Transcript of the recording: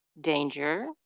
danger